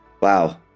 Wow